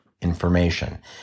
information